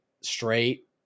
straight